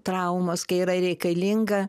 traumos kai yra reikalinga